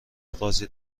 قاضی